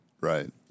Right